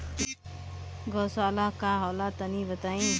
गौवशाला का होला तनी बताई?